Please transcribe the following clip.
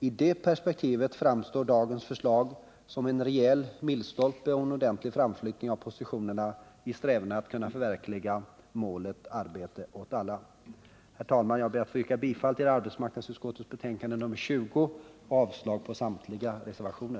I det perspektivet framstår dagens förslag som en rejäl milstolpe och en ordentlig framflyttning av positionerna i strävandena att kunna förverkliga målet arbete åt alla. Herr talman! Jag ber att få yrka bifall till arbetsmarknadsutskottets hemställan i dess betänkande nr 20 och avslag på samtliga reservationer.